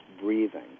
breathing